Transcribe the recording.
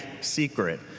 secret